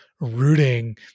rooting